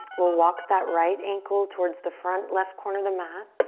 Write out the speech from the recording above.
we'll walk that right ankle towards the front left corner of the mat.